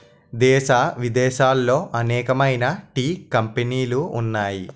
దేశ విదేశాలలో అనేకమైన టీ కంపెనీలు ఉన్నాయి